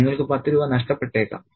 നിങ്ങൾക്ക് 10 രൂപ നഷ്ടപ്പെട്ടേക്കാം